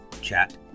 chat